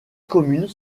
communes